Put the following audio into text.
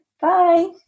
Bye